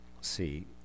See